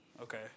Okay